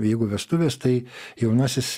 jeigu vestuvės tai jaunasis